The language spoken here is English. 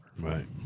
Right